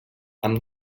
amb